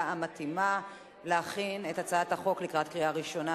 המתאימה להכין את הצעת החוק לקריאה ראשונה,